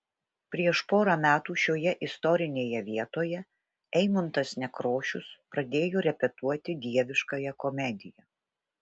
prieš porą metų šioje istorinėje vietoje eimuntas nekrošius pradėjo repetuoti dieviškąją komediją